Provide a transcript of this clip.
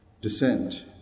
descent